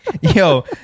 Yo